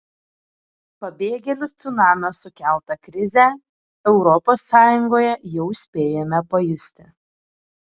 pabėgėlių cunamio sukeltą krizę europos sąjungoje jau spėjome pajusti